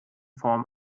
form